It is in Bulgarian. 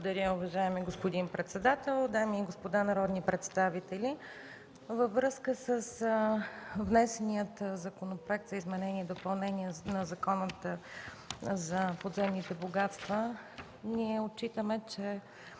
Благодаря, уважаеми господин председател. Дами и господа народни представители, във връзка с внесения Законопроект за изменение и допълнение на Закона за подземните богатства ние отчитаме, че